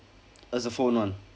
just the phone [one]